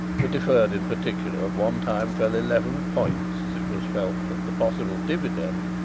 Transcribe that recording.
the deferred in particular at one time fell eleven points as it was felt that the possible dividend,